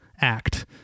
act